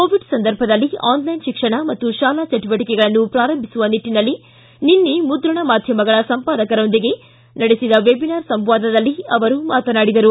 Covid ಸಂದರ್ಭದಲ್ಲಿ online ಶಿಕ್ಷಣ ಮತ್ತು ಶಾಲಾ ಚಟುವಟಿಕೆಗಳನ್ನು ಪ್ರಾರಂಭಿಸುವ ನಿಟ್ಟನಲ್ಲಿ ನಿನ್ನೆ ಮುದ್ರಣ ಮಾಧ್ಯಮಗಳ ಸಂಪಾದಕರೊಂದಿಗೆ ನಡೆಸಿದ ವೆಬಿನಾರ್ ಸಂವಾದದಲ್ಲಿ ಅವರು ಮಾತನಾಡಿದರು